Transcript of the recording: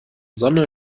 sonne